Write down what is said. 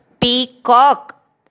peacock